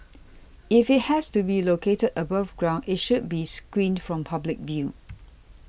if it has to be located above ground it should be screened from public view